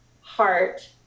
heart